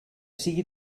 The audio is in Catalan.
sigui